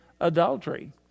adultery